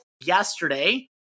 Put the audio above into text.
yesterday